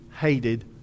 hated